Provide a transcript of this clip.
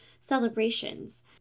celebrations